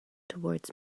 towards